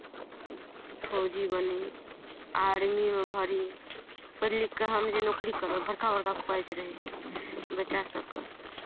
फौजी बनी आर्मीमे भरी पढ़ि लिखि कऽ हम जे नौकरी करब बड़का बड़का खुआइश रहै छै बच्चासभकेँ